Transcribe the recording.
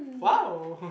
!wow!